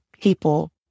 people